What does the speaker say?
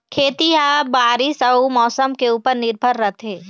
खेती ह बारीस अऊ मौसम के ऊपर निर्भर रथे